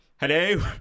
Hello